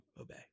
obey